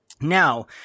now